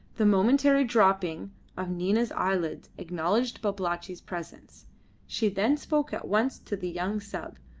the momentary dropping of nina's eyelids acknowledged babalatchi's presence she then spoke at once to the young sub,